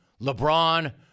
LeBron